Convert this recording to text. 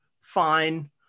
fine